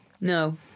no